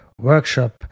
workshop